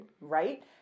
Right